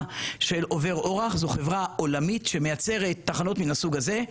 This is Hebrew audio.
של עובר אורח; זוהי חברה עולמית שמייצרת תחנות מן הסוג הזה.